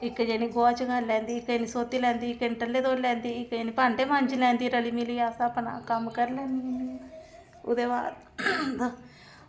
इक जनी गोहा चकाई लैंदी इक जनी सोत्ती लैंदी इक जनी टल्ले धोई लैंदी इक जनी भांडे मांजी लैंदी रली मिलियै अस अपना कम्म करी लैन्नियां होन्नियां ओह्दे बाद